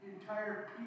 entire